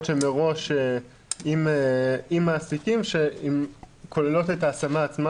מראש עם מעסיקים שכוללות את ההשמה עצמה,